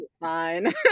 fine